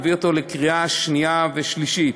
ואני מביא אותו לקריאה שנייה וקריאה שלישית.